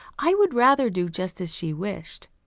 i would rather do just as she wished.